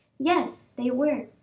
yes, they were.